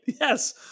Yes